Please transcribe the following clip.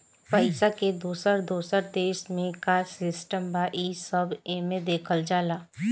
पइसा के दोसर दोसर देश मे का सिस्टम बा, ई सब एमे देखल जाला